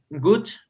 good